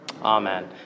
Amen